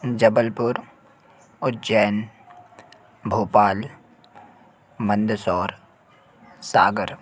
Jabalpur Ujjain Bhopal Mandsaur Sagar